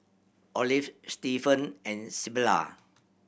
Olive Stephen and Sybilla